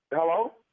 Hello